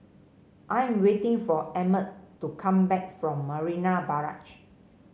I am waiting for Emmet to come back from Marina Barrage